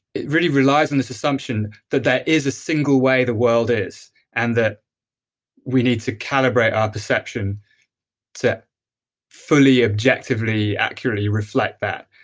it really relies on this assumption that there is a single way the world is and that we need to calibrate our perception to fully objectively, accurately reflect that.